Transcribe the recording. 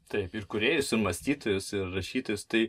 taip ir kūrėjus ir mąstytojus ir rašytojus tai